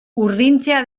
urdintzea